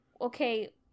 okay